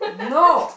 no